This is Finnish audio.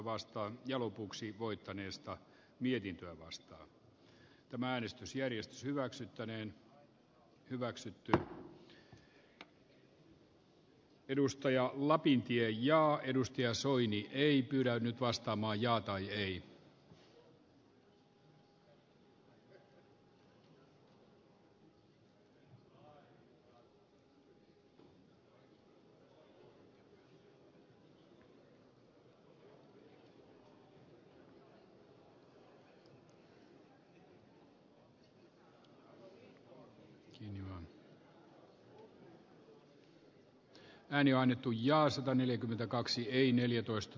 kun eduskunta nyt hyväksyi kymmenen n siinä muodossa kuin hallitus esitti niin se tarkoittaa sitä että mikäli hyväksyttäisiin myöskin kolmekymmentäkaksi hallituksen esittämässä muodossa niin perittäisiin kolmekymmentäyksi pilkku viisi prosenttia yrittäjiltä